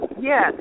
Yes